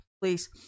please